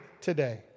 today